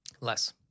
Less